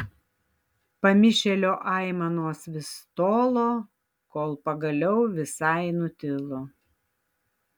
pamišėlio aimanos vis tolo kol pagaliau visai nutilo